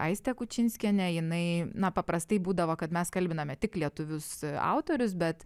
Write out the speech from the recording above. aistė kučinskienė jinai na paprastai būdavo kad mes kalbiname tik lietuvius autorius bet